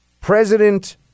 President